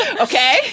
Okay